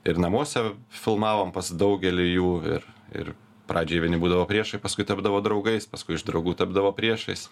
ir namuose filmavom pas daugelį jų ir ir pradžiai vieni būdavo priešai paskui tapdavo draugais paskui iš draugų tapdavo priešais